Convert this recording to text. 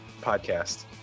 podcast